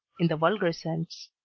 in the vulgar sense.